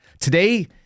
Today